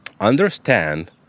Understand